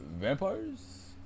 vampires